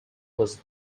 was